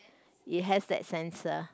it has that sensor